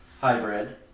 hybrid